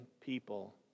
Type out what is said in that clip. people